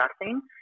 discussing